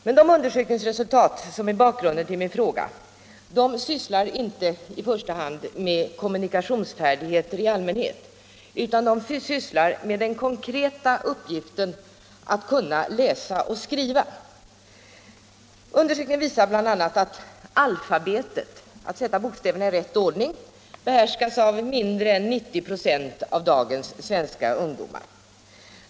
Men de undersökningsresultat som är bakgrunden till min fråga gäller inte i första hand kommunikationsfärdigheter i allmänhet utan de rör den konkreta uppgiften att kunna läsa och skriva. Undersökningen visar bl.a. att mindre än 90 96 av dagens svenska ungdomar behärskar alfabetet, dvs. att sätta bokstäverna i rätt ordning.